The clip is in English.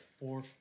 four